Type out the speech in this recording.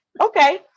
Okay